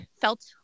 felt